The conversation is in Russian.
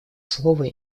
слово